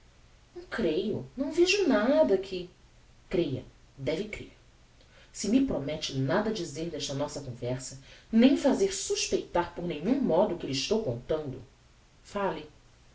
não creio não vejo nada que creia deve crer se me promette nada dizer desta nossa conversa nem fazer suspeitar por nenhum modo o que lhe estou contando fale